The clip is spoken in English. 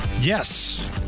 Yes